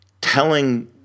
telling